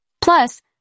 plus